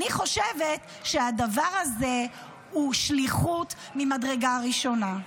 אני חושבת שהדבר הזה הוא שליחות ממדרגה ראשונה.